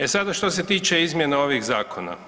E sada što se tiče izmjene ovih zakona.